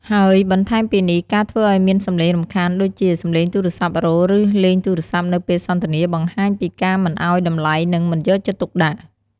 ហើយបន្ថែមពីនេះការធ្វើឲ្យមានសម្លេងរំខានដូចជា សម្លេងទូរសព្ទ័រោទ៍ឬលេងទូរសព្ទ័នៅពេលសន្ទនាបង្ហាញពីការមិនឲ្យតម្លៃនិងមិនយកចិត្តទុកដាក់។